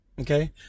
Okay